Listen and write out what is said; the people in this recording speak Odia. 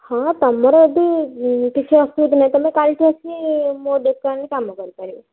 ହଁ ତମର ଯଦି କିଛି ଅସୁବିଧା ନାହିଁ ତମେ କାଲିଠୁ ଆସି ମୋ ଦୋକାନରେ କାମ କରିପାରିବ